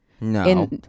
No